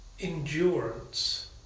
endurance